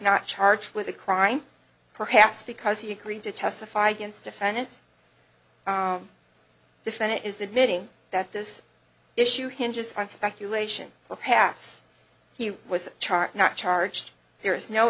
not charged with a crime perhaps because he agreed to testify against defendants defendant is admitting that this issue hinges on speculation or perhaps he was charged not charged there is no